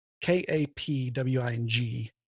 K-A-P-W-I-N-G